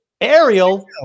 Ariel